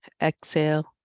Exhale